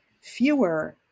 Fewer